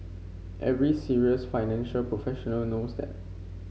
every serious financial professional knows that